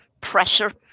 pressure